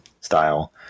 style